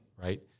right